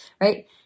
right